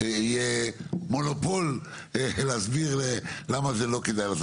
יהיה מונופול להסביר למה זה לא כדאי לנסות.